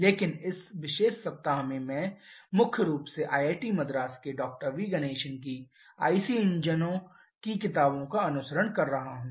लेकिन इस विशेष सप्ताह में मैं मुख्य रूप से IIT मद्रास के डॉ V Ganesan Dr V Ganesan of IIT Madras की आईसी इंजनों की किताबों का अनुसरण कर रहा हूं